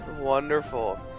Wonderful